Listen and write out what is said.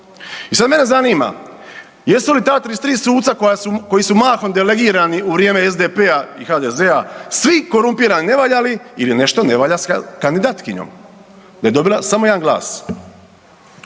I sad mene zanima jesu li ta 33 suca koji su mahom delegirani u vrijeme SDP-a i HDZ-a svi korumpirani, nevaljali ili nešto ne valja s kandidatkinjom da je dobila samo 1 glas.